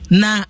na